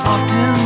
Often